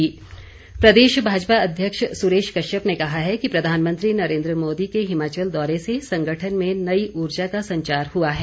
सुरेश कश्यप प्रदेश भाजपा अध्यक्ष सुरेश कश्यप ने कहा है कि प्रधानमंत्री नरेन्द्र मोदी के हिमाचल दौरे से संगठन में नई ऊर्जा का संचार हुआ है